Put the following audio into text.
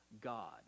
God